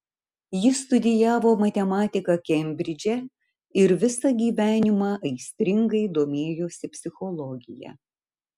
jis studijavo matematiką kembridže ir visą gyvenimą aistringai domėjosi psichologija